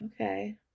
okay